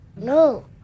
No